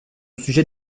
sujet